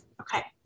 Okay